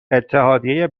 اتحادیه